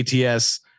ATS